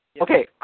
Okay